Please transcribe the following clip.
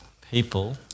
people